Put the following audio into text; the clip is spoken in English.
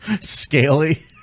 scaly